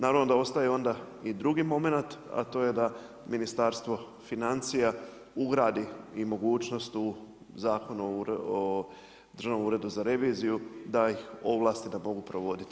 Naravno da ostaje onda i drugi momenat, a to je da Ministarstvo financija ugradi i mogućnost u Zakon o Državnom uredu za reviziju da ih ovlasti da mogu provoditi.